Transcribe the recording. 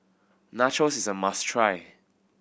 nachos is a must try